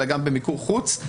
אלא גם במיקור חוץ,